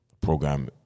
program